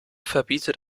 verbietet